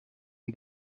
une